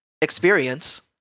experience